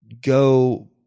go